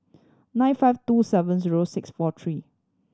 nine five two seven zero six four three